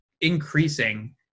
increasing